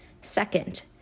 Second